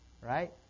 Right